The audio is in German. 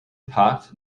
fahrt